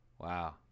Wow